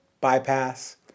bypass